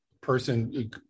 person